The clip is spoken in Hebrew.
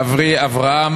ואבי אברהם,